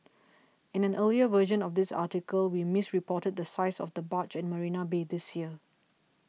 in an earlier version of this article we misreported the size of the barge at Marina Bay this year